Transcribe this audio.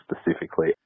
specifically